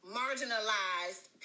marginalized